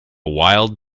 wild